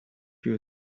you